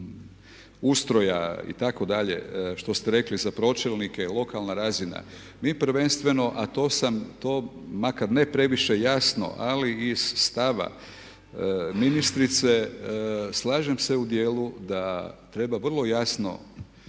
samog ustroja itd., što ste rekli za pročelnike, lokalna razina, mi prvenstveno a to sam, to, makar ne previše jasno ali iz stava ministrice slažem se u djelu da treba vrlo jasno